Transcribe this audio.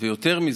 ויותר מזה,